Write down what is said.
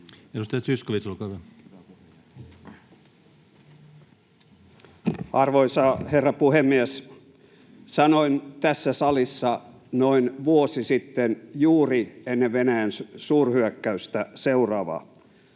Time: 13:41 Content: Arvoisa herra puhemies! Sanoin tässä salissa noin vuosi sitten juuri ennen Venäjän suurhyökkäystä seuraavaa: